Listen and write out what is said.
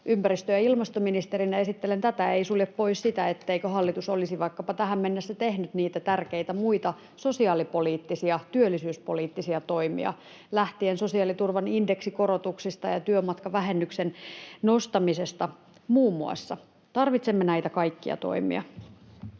ympäristö- ja ilmastoministerinä esittelen tätä, ei sulje pois sitä, etteikö hallitus olisi vaikkapa tähän mennessä tehnyt niitä muita tärkeitä sosiaalipoliittisia ja työllisyyspoliittisia toimia, lähtien muun muassa sosiaaliturvan indeksikorotuksista ja työmatkavähennyksen nostamisesta. Tarvitsemme näitä kaikkia toimia.